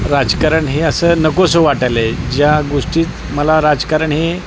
राजकारण हे असं नकोसं वाटायलं आहे ज्या गोष्टीत मला राजकारण हे